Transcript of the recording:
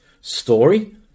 story